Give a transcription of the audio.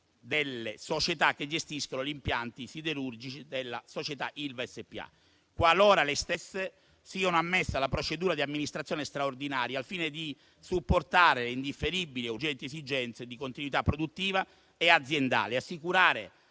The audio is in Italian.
delle società che gestiscono gli impianti siderurgici della società Ilva SpA, qualora le stesse siano ammesse alla procedura di amministrazione straordinaria, al fine di supportare le indifferibili e urgenti esigenze di continuità produttiva e aziendale e assicurare